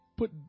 put